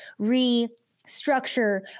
restructure